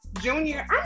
junior